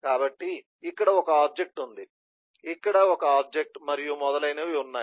కాబట్టి ఇక్కడ ఒక ఆబ్జెక్ట్ ఉంది ఇక్కడ ఆబ్జెక్ట్ మరియు మొదలైనవి ఉన్నాయి